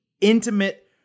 intimate